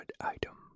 Item